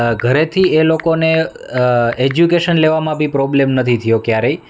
ઘરેથી એ લોકોને એજ્યુકેશન લેવામાં બી પ્રોબ્લ્મ નથી થયો ક્યારેય